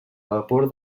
vapor